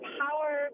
power